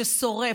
ששורף,